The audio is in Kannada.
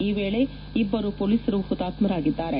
ಈ ವೇಳೆ ಇಬ್ಬರು ಪೊಲೀಸರು ಹುತಾತ್ತರಾಗಿದ್ದಾರೆ